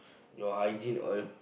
your hygiene all